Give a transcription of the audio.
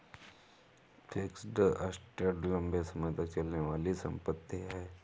fixed assets लंबे समय तक चलने वाली संपत्ति है